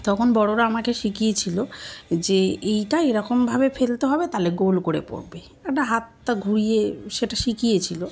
তখন বড়োরা আমাকে শিখিয়েছিলো যে এইটা এরকমভাবে ফেলতে হবে তাহলে গোল করে পড়বে একটা হাতটা ঘুরিয়ে সেটা শিখিয়েছিলো